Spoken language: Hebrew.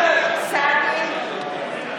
(קוראת בשם חבר הכנסת) אוסאמה סעדי,